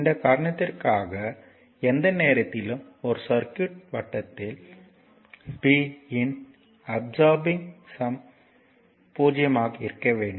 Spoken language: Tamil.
இந்த காரணத்திற்காக எந்த நேரத்திலும் ஒரு சர்க்யூட் வட்டத்தில் P இன் அல்ஜிப்ராய்க் சம் ௦ ஆக இருக்க வேண்டும்